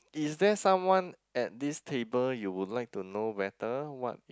is there someone at this table you would like to know better what